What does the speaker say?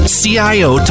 cio